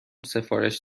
سفارش